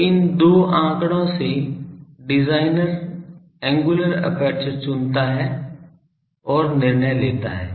तो इन दो आंकड़ों से डिजाइनर एंगुलर एपर्चर चुनता है और निर्णय लेता है